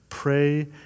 Pray